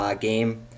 game